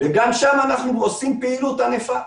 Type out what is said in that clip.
וגם שם אנחנו עושים פעילות ענפה.